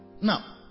Now